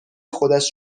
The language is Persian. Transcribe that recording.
خودش